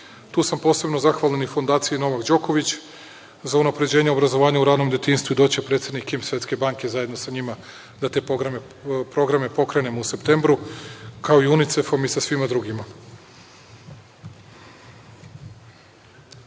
Tu sam posebno zahvalan i Fondaciji „Novak Đoković“ za unapređenje obrazovanja u ranom detinjstvu i doći će predsednik Kim, Svetske banke, zajedno sa njima da te programe pokrenemo u septembru, kao i Unicefom i sa svima drugima.